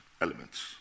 elements